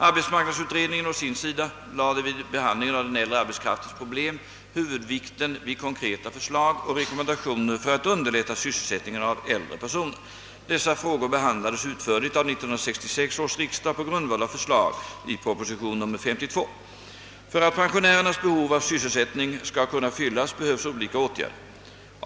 Arbetsmarknadsutredningen å sin sida lade vid behandlingen av den äldre arbetskraftens problem huvudvikten vid konkreta förslag och rekommendationer för att underlätta sysselsättning av äldre personer. Dessa frågor behandlades utförligt av 1966 års riksdag på grundval av förslag i proposition nr 52. För att pensionärernas behov av sysselsättning skall kunna fyllas behövs olika åtgärder.